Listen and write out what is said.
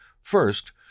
First